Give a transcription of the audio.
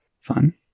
Fun